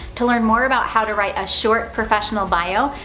to learn more about how to write a short, professional bio,